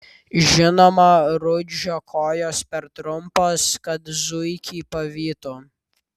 žinoma rudžio kojos per trumpos kad zuikį pavytų